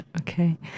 Okay